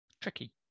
Tricky